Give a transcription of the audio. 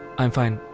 i am fine